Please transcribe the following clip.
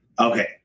Okay